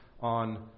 on